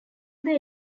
other